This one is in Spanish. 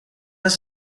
las